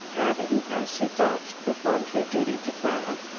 having, as she thought, performed her duty to clara,